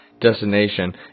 destination